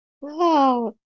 Wow